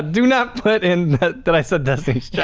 do not put in that i said destiny's yeah